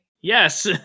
Yes